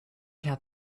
had